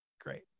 great